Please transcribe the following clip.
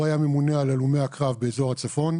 הוא היה ממונה על הלומי הקרב באיזור הצפון,